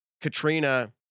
Katrina